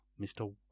mr